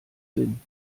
sinn